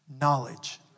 Knowledge